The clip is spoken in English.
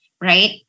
Right